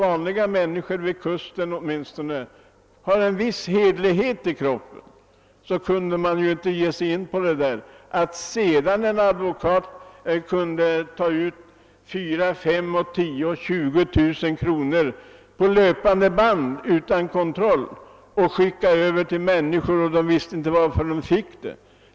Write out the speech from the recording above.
Vanliga människor ute vid kusten brukar ha en viss hederskänsla, och har man det går man inte med på vad som helst. Det är orimligt att en advokat på detta sätt kan få kvittera ut ersättningar på 4 000—20 000 kronor på löpande band och utan kontroll för att skicka till personer, som ibland inte förstått varifrån pengarna kommit.